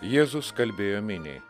jėzus kalbėjo miniai